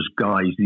guys